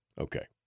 Okay